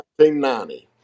1990